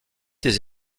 des